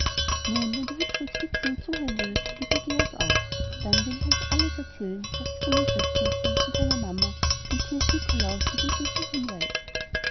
nun wenn du hübsch ruhig sitzen und zuhören willst und der georg auch dann will ich euch alles erzählen was ich von dem christkindchen von seiner mama dem knecht nikolaus und dem eselchen weiß